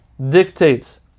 dictates